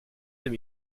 deux